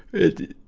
it,